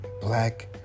black